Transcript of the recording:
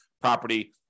property